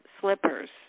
slippers